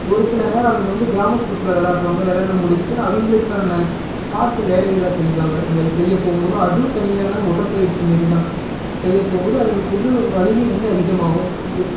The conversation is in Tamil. ஒரு சில நேரம் அவங்க வந்து கிராமப்புறத்தில் விளாட்றவங்க விளாண்டு முடிச்சிட்டு அவங்களுக்கான காட்டு வேலைகளை செய்வாங்க வ செய்யப் போகும் போது அதுவும் தனியான உடற்பயிற்சி மாரி தான் செய்யப் போகும் போது அவங்களுக்கு உடல் வலிமை இன்னும் அதிகம் ஆகும்